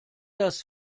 das